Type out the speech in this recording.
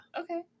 Okay